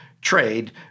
trade